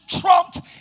trumped